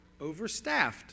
overstaffed